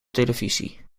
televisie